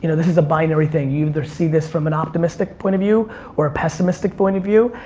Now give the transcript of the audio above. you know this is a binary thing. you either see this from an optimistic point of view or a pessimistic point of view.